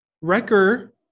wrecker